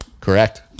Correct